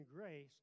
grace